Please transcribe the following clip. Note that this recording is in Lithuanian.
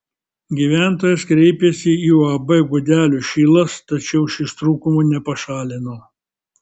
gyventojas kreipėsi į uab gudelių šilas tačiau šis trūkumų nepašalino